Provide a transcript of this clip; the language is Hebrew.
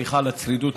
סליחה מראש על הצרידות.